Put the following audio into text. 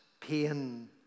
pain